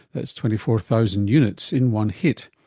that's twenty four thousand units in one hit.